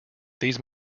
these